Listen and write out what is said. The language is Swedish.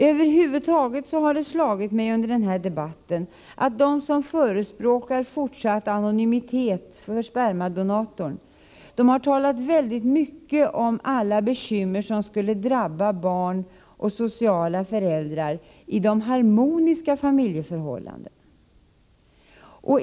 Över huvud taget har det slagit mig under den här debatten att de som förespråkar fortsatt anonymitet för spermadonatorn har talat väldigt mycket om alla bekymmer som skulle drabba barn och sociala föräldrar i de harmoniska familjeförhållandena.